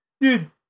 Dude